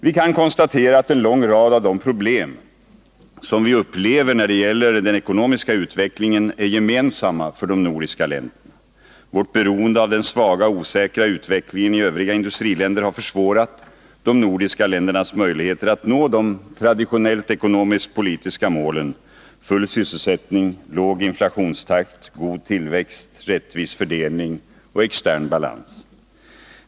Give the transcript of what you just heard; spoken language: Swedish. Vi kan konstatera att en lång rad problem som vi upplever när det gäller den ekonomiska utvecklingen är gemensamma för de nordiska länderna. Vårt beroende av den svaga och osäkra utvecklingen i övriga industriländer har försvårat för de nordiska länderna att nå de traditionellt ekonomiskpolitiska målen: full sysselsättning, låg inflationstakt, god tillväxt, rättvis fördelning och extern balans.